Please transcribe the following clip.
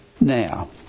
Now